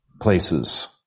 places